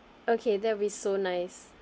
okay that'll be so nice